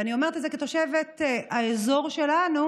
ואני אומרת את זה כתושבת האזור שלנו,